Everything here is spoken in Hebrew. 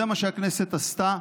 זה מה שהכנסת עשתה.